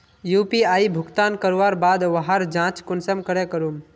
UPI भुगतान करवार बाद वहार जाँच कुंसम करे करूम?